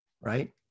right